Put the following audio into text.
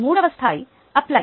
మూడవ స్థాయి - అప్లై